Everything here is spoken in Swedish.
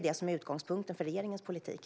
Detta är utgångspunkten för regeringens politik.